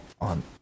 on